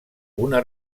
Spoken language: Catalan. una